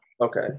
Okay